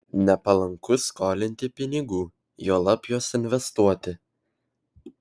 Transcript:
nepalanku skolinti pinigų juolab juos investuoti